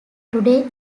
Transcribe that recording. today